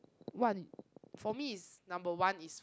one for me is number one is